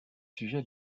sujets